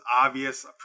obvious